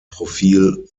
profil